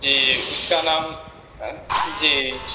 جی اُس کا نام جی